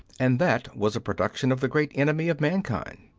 and that was a production of the great enemy of mankind.